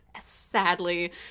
Sadly